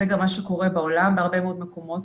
זה גם מה שקורה בעולם בהרבה מאוד מקומות.